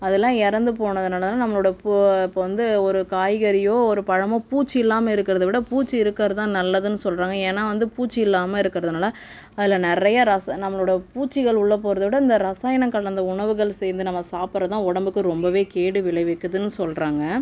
அதெல்லாம் இறந்து போனதனால தான் நம்மளோடய போ இப்போ வந்து ஒரு காய்கறியோ ஒரு பழமோ பூச்சி இல்லாமல் இருக்கிறதை விட பூச்சி இருக்கிறது தான் நல்லதுனு சொல்கிறாங்க ஏனால் வந்து பூச்சி இல்லாமல் இருக்கறதனால அதில் நிறைய ரஸ் நம்மளோட பூச்சிகள் உள்ள போகிறத விட இந்த இரசாயனம் கலந்த உணவுகள் சேர்ந்து நம்ம சாப்பிட்ற தான் உடம்புக்கு ரொம்பவே கேடு விளைவிக்குதுனு சொல்றாங்கள்